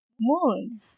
Moon